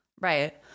right